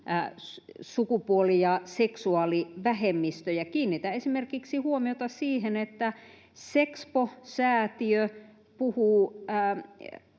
sukupuoli- ja seksuaalivähemmistöjä. Kiinnitän esimerkiksi huomiota siihen, että Sexpo-säätiö puhuu